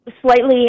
slightly